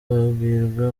babwirwa